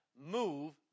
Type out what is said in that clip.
move